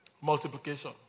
multiplication